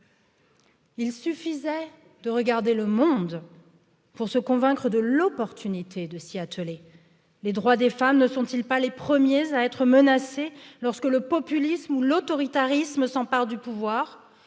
Il suffisait de regarder le monde pour se convaincre de l'opportunité de s'y atteler. Les droits des femmes ne sont ils pas les 1ᵉʳˢ à être menacés lorsque le populisme ou l'autoritarisme s'emparent du pouvoir